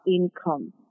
income